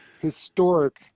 historic